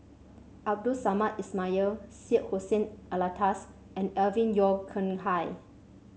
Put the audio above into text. Abdul Samad Ismail Syed Hussein Alatas and Alvin Yeo Khirn Hai